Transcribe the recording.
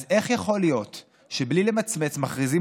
אז איך יכול להיות שבלי למצמץ מכריזים